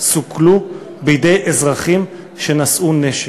שמונה פיגועים בידי אזרחים שנשאו נשק.